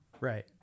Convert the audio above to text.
right